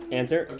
answer